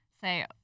say